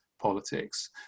politics